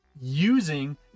using